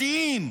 שיטתיים.